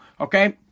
okay